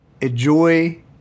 Enjoy